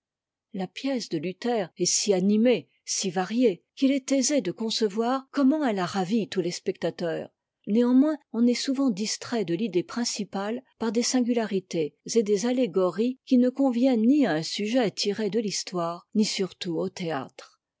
la pièce de luther est si animée si variée qu'il est aisé de concevoir comment elle a ravi tous les spectateurs néanmoins on est souvent distrait de l'idée principale par des singularités et des allégories qui ne conviennent ni à un sujet tiré de l'histoire ni surtout au théâtre